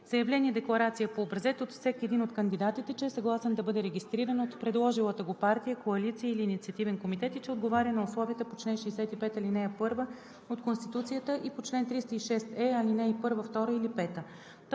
заявление-декларация по образец от всеки един от кандидатите, че е съгласен да бъде регистриран от предложилата го партия, коалиция или инициативен комитет и че отговаря на условията по чл. 65, ал. 1 от Конституцията и по чл. 306е, ал. 1, 2 или 5; 4.